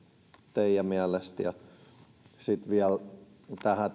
teidän mielestänne ja sitten vielä tähän